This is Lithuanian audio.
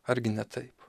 argi ne taip